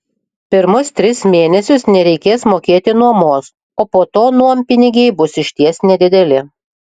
pirmus tris mėnesius nereikės mokėti nuomos o po to nuompinigiai bus išties nedideli